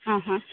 ആ ഹാ